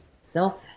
Self